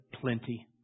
plenty